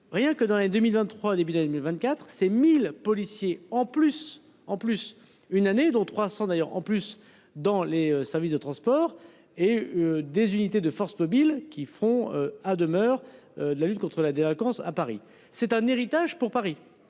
Rien que dans les 2023. Début d'année le 24. Ces 1000 policiers en plus en plus une année dont 300 d'ailleurs en plus dans les services de transport et des unités de forces mobiles qui feront à demeure de la lutte contre la délinquance à Paris, c'est un héritage pour Paris.